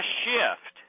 shift